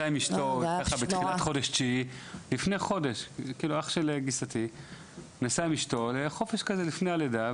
שנסע עם אשתו בתחילת חודש תשיעי לפני חודש לחופש לפני הלידה.